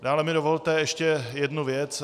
Dále mi dovolte ještě jednu věc.